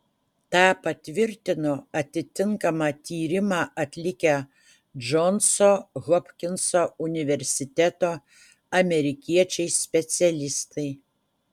tą patvirtino atitinkamą tyrimą atlikę džonso hopkinso universiteto amerikiečiai specialistai